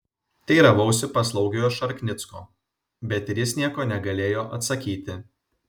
teiravausi paslaugiojo šarknicko bet ir jis nieko negalėjo atsakyti